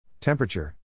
Temperature